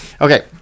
Okay